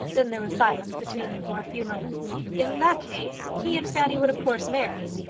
then there was silence between them for a few moments. in that case he and fanny would of course marry.